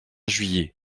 juillet